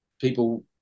people